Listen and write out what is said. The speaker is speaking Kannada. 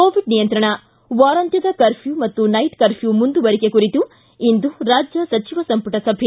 ಕೋವಿಡ್ ನಿಯಂತ್ರಣ ವಾರಾಂತ್ಯದ ಕರ್ಫ್ಯೂ ಮತ್ತು ರಾತ್ರಿ ಕರ್ಫ್ಯೂ ಮುಂದುವರಿಕೆ ಕುರಿತು ಇಂದು ರಾಜ್ಯ ಸಚಿವ ಸಂಮಟ ಸಭೆ